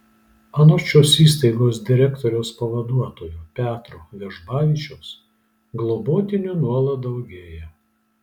anot šios įstaigos direktoriaus pavaduotojo petro vežbavičiaus globotinių nuolat daugėja